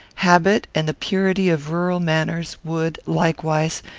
habit, and the purity of rural manners, would, likewise,